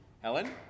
Helen